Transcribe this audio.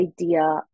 idea